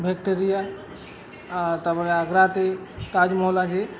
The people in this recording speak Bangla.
ভিক্টোরিয়া আ তারপরে আগ্রাতে তাজমহল আছে